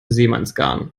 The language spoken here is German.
seemannsgarn